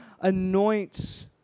anoints